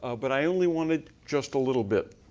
ah but i only wanted just a little bit.